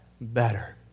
better